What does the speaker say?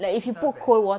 it's not bad